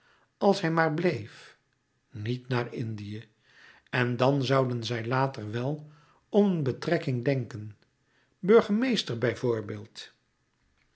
als hij maar bleef niet naar indië en dan zouden zij later wel om een betrekking denken burgemeester bijvoorbeeld